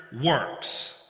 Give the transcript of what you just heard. works